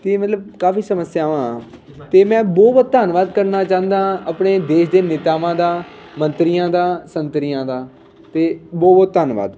ਅਤੇ ਮਤਲਬ ਕਾਫ਼ੀ ਸਮੱਸਿਆਵਾਂ ਅਤੇ ਮੈਂ ਬਹੁਤ ਬਹੁਤ ਧੰਨਵਾਦ ਕਰਨਾ ਚਾਹੁੰਦਾ ਆਪਣੇ ਦੇਸ਼ ਦੇ ਨੇਤਾਵਾਂ ਦਾ ਮੰਤਰੀਆਂ ਦਾ ਸੰਤਰੀਆਂ ਦਾ ਅਤੇ ਬਹੁਤ ਬਹੁਤ ਧੰਨਵਾਦ